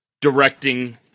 directing